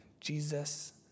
Jesus